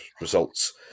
results